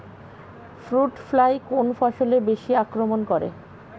Fruit fly কোন ফসলে বেশি আক্রমন করে?